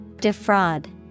Defraud